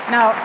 Now